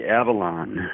Avalon